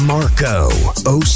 Marco